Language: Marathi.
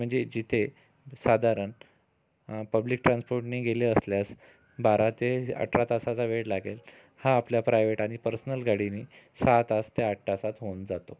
म्हणजे जिथे साधारण पब्लिक ट्रान्सपोर्टने गेले असल्यास बारा ते अठरा तासाचा वेळ लागेल हा आपल्या प्रायवेट आणि पर्सनल गाडीने सहा तास ते आठ तासात होऊन जातो